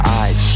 eyes